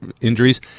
injuries